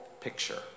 picture